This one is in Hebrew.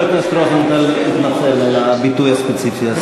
הכנסת רוזנטל התנצל על הביטוי הספציפי הזה.